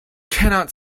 cannot